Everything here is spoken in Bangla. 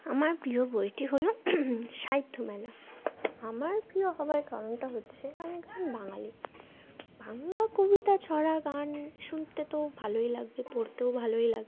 আমার প্রিয় বইটি হলো সাহিত্যমেলা আমার প্রিয় হবার কারণটা হচ্ছে আমি একজন বাঙালি বাংলা কবিতা ছড়া গান শুনতে তো ভালোই লাগবে পড়তে ভালো লাগবে তো